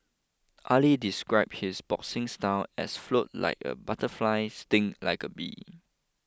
Ali describe his boxing style as float like a butterfly sting like a bee